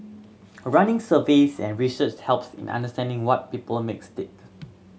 running surveys and research helps in understanding what people makes tick